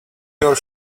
your